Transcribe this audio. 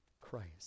Christ